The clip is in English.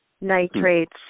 nitrates